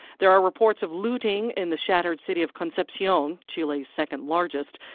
there are reports of looting in the shattered city of concepcion, chile's second largest.